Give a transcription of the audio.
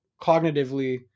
cognitively